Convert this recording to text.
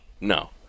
no